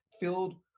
filled